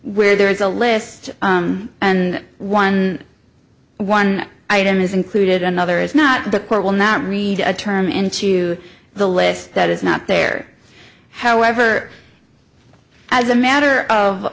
where there is a list and one one item is included another is not the court will not read a term into the list that is not there however as a matter of